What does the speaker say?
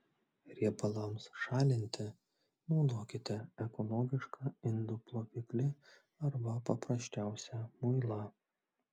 riebalams šalinti naudokite ekologišką indų ploviklį arba paprasčiausią muilą